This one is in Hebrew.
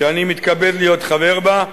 שאני מתכבד להיות חבר בה,